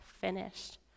finished